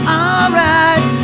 alright